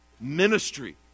ministry